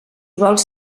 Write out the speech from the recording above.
vols